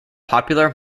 popular